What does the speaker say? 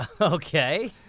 Okay